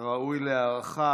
זה ראוי להערכה.